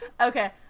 Okay